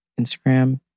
Instagram